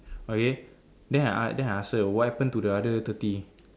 okay then then I ask I ask her what happen to the other thirty